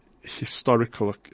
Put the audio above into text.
historical